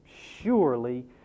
surely